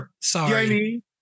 Sorry